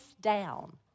down